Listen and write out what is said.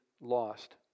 lost